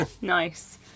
nice